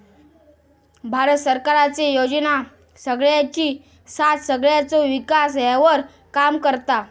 भारत सरकारचे योजना सगळ्यांची साथ सगळ्यांचो विकास ह्यावर काम करता